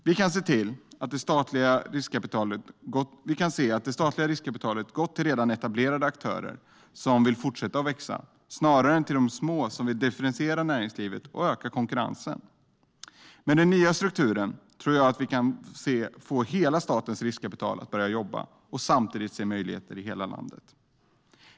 Vi kan se att det statliga riskkapitalet har gått till redan etablerade aktörer som vill fortsätta att växa snarare än till de små som vill diversifiera näringslivet och öka konkurrensen. Med den nya strukturen tror jag att vi kan få hela statens riskkapital att börja jobba och samtidigt se möjligheter i hela landet.